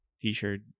t-shirt